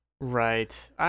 Right